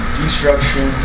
destruction